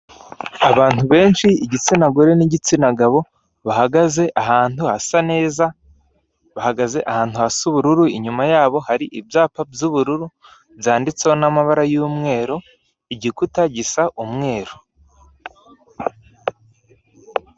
Abantu benshi igitsina gore n'igitsina gabo bahagaze ahantu hasa neza, bahagaze ahantu hasa ubururu inyuma yabo hari ibyapa by'ubururu byanditseho n'amabara y'umweru igikuta gisa umweru.